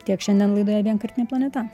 tiek šiandien laidoje vienkartinė planeta